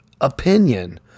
opinion